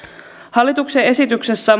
hallituksen esityksessä